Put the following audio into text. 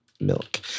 Milk